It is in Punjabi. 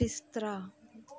ਬਿਸਤਰਾ